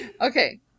Okay